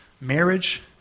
marriage